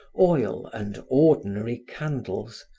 oil and ordinary candles,